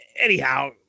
anyhow